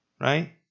right